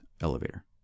elevator